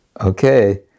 okay